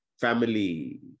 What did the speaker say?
family